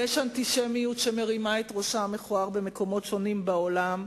ויש אנטישמיות שמרימה את ראשה המכוער במקומות שונים בעולם,